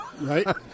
right